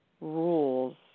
rules